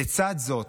לצד זאת,